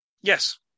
yes